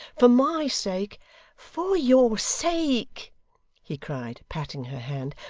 for my sake for your sake he cried, patting her hand.